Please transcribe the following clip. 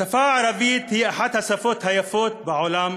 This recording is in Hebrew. השפה הערבית היא אחת השפות היפות בעולם,